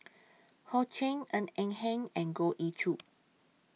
Ho Ching Ng Eng Hen and Goh Ee Choo